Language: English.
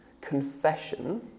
confession